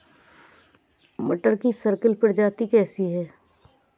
मटर की अर्किल प्रजाति कैसी है?